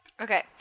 Okay